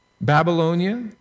Babylonia